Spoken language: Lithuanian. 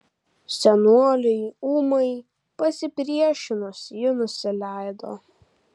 senoliui ūmai pasipriešinus ji nusileido